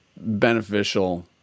beneficial